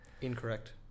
Incorrect